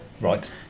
right